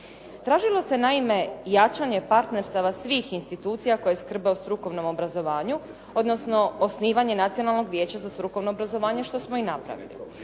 Tražilo se naime jačanje partnerstava svih institucija koje skrbe o strukovnom obrazovanju, odnosno osnivanje Nacionalnog vijeća za strukovno obrazovanje što smo i napravili.